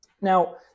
Now